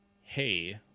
Hey